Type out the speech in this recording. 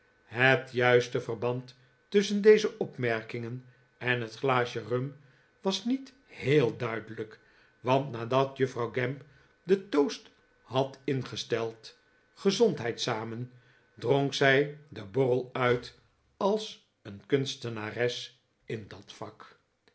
het juiste verband tusschen deze opmermerkingen en het glaasje rum was niet heel duidelijk want nadat juffrouw gamp den toast had ingesteld gezondheid samen dronk zij den borrel uit als een kunstenares in dat vak